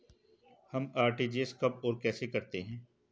हम आर.टी.जी.एस कब और कैसे करते हैं?